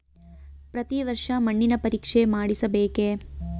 ಪ್ರತಿ ವರ್ಷ ಮಣ್ಣಿನ ಪರೀಕ್ಷೆ ಮಾಡಿಸಬೇಕೇ?